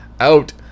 out